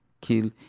kill